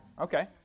okay